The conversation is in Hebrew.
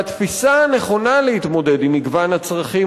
והתפיסה הנכונה להתמודד עם מגוון הצרכים